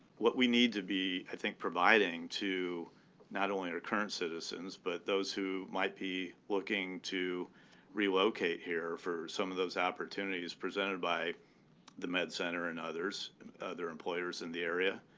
what we need to be, i think, providing to not only our current citizens but those who might be looking to relocate here for some of those opportunities presented by the med center and other employers in the area,